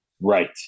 Right